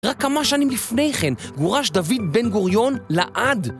רק כמה שנים לפני כן, גורש דוד בן-גוריון לעד!